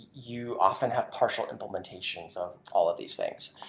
you often have partial implementations of all of these things.